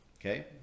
Okay